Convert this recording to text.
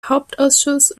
hauptausschuss